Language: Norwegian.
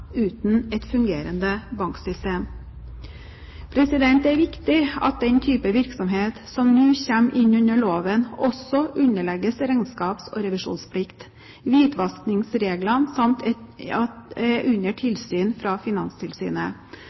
uten et fungerende banksystem. Det er viktig at den typen virksomhet som nå kommer inn under loven, også underlegges regnskaps- og revisjonsplikt, hvitvaskingsreglene samt er under tilsyn fra Finanstilsynet,